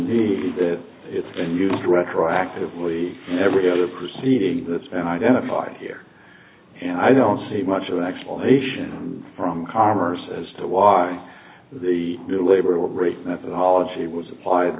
me that it's been used retroactively every other proceeding that's been identified here and i don't see much of an explanation from commerce as to why the new labor rate methodology was applied